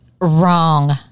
Wrong